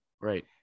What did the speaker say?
right